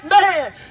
man